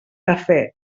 cafè